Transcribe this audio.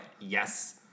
Yes